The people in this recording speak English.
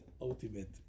ultimate